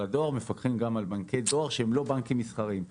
הדואר מפקחים גם על בנקי דואר שהם לא בנקים מסחריים.